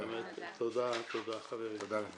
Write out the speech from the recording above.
תודה, חברים.